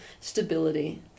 stability